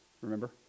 remember